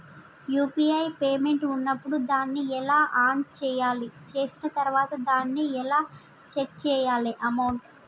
UPI payment ఉన్నప్పుడు దాన్ని ఎలా ఆన్ చేయాలి? చేసిన తర్వాత దాన్ని ఎలా చెక్ చేయాలి అమౌంట్?